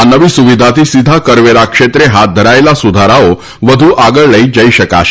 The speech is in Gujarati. આ નવી સુવિધાથી સીધા કરવેરા ક્ષેત્રે હાથ ધરાયેલા સુધારાઓ વધુ આગળ લઈ જઈ શકાશે